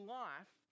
life